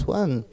one